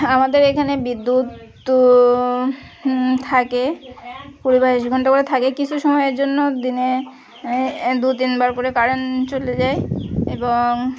আমাদের এখানে বিদ্যুৎ থাকে কুড়ি বাইশ ঘণ্টা করে থাকে কিছু সময়ের জন্য দিনে দু তিনবার করে কারেন্ট চলে যায় এবং